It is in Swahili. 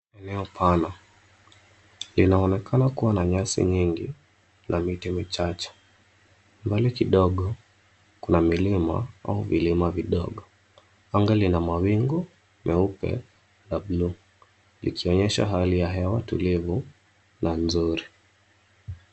Eneo pana. Linaonekana kuwa na nyasi nyingi na miti michache. Mbali kidogo kuna milima au vilima vidogo. Anga lina mawingu meupe la bluu likionyesha hali ya hewa tulivu na nzuri.